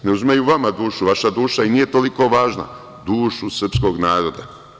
Ne uzimaju vama dušu, vaša duša i nije toliko važna, dušu srpskog naroda.